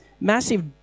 massive